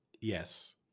yes